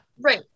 right